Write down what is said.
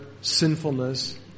sinfulness